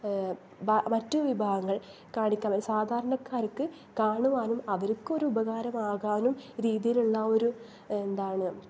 മറ്റു വിഭാഗങ്ങൾ കാണിക്കുന്ന സാധാരക്കാർക്ക് കാണുവാനും അവർക്കൊരു ഉപകാരമാകാനും രീതിയിലുള്ള ഒരു എന്താണ്